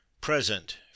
Present